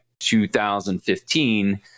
2015